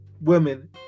women